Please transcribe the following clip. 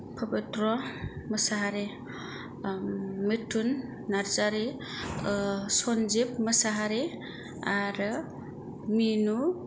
पबित्र मोसाहारी मिथुन नार्जारी सनजिब मोसाहारी आरो मिनु